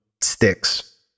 sticks